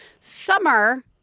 summer